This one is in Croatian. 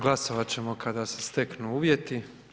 Glasovat ćemo kada se steknu uvjeti.